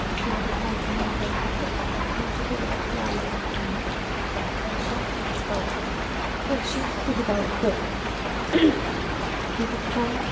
हा फेवरेट नायिका म्हणायला गेलं तर माझी फेवरेट नायिका आहे वर्षा उसगावकर वर्षा उसगावकर हे खूप छान